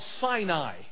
Sinai